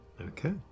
Okay